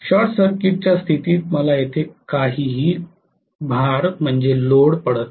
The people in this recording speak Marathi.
शॉर्ट सर्किट च्या स्थितीत मला येथे काही भार पडत नाही